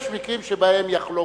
יש מקרים שבהם יחלוקו.